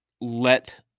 let